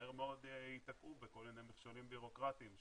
מהר מאוד ייתקעו בכל מיני מכשולים בירוקרטיים,